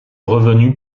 revenue